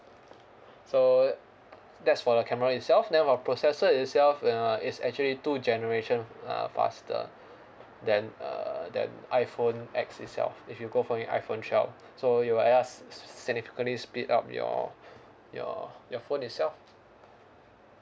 so that's for the camera itself then the processor itself uh is actually two generation uh faster than uh than iPhone X itself if you go for the iPhone twelve so you it will uh s~ significantly speed up your your your phone itself